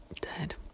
dead